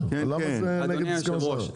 אדוני היושב-ראש,